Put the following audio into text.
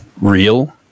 real